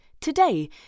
today